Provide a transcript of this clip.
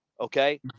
okay